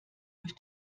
durch